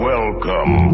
Welcome